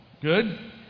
Good